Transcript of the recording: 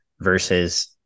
versus